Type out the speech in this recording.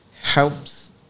helps